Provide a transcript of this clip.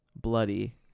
bloody